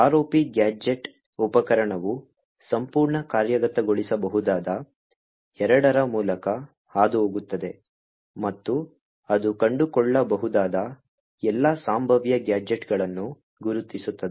ROP gadget ಉಪಕರಣವು ಸಂಪೂರ್ಣ ಕಾರ್ಯಗತಗೊಳಿಸಬಹುದಾದ 2 ರ ಮೂಲಕ ಹಾದುಹೋಗುತ್ತದೆ ಮತ್ತು ಅದು ಕಂಡುಕೊಳ್ಳಬಹುದಾದ ಎಲ್ಲಾ ಸಂಭಾವ್ಯ ಗ್ಯಾಜೆಟ್ಗಳನ್ನು ಗುರುತಿಸುತ್ತದೆ